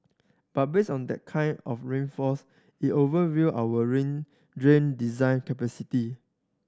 but based on that kind of rainfalls it overwhelmed our rain drain design capacity